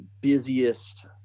busiest